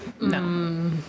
no